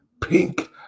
pink